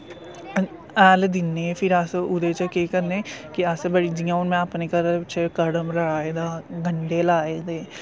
हैल दिन्ने फिर अस उह्दे च केह् करने कि अस बड़ी जियां हून में अपने घरा बिच्च कड़म लाए दा गं'डे लाए दे